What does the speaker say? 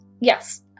yes